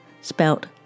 spelt